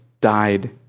died